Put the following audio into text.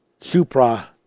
supra